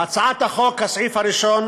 בהצעת החוק, הסעיף הראשון